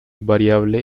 variable